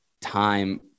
time